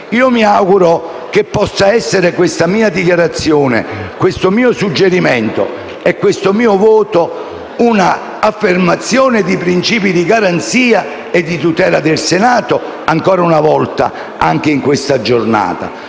Io mi auguro che questa mia dichiarazione, questo mio suggerimento e questo mio voto possano essere una affermazione di principi di garanzia e di tutela del Senato, ancora una volta anche in questa giornata,